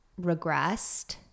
regressed